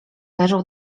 leżą